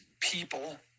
people